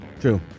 true